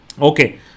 Okay